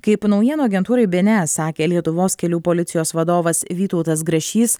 kaip naujienų agentūrai bėnėes sakė lietuvos kelių policijos vadovas vytautas grašys